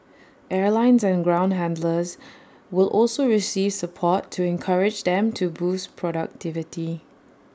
airlines and ground handlers will also receive support to encourage them to boost productivity